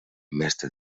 mestre